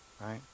Right